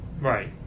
Right